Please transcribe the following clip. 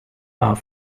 are